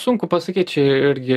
sunku pasakyt čia irgi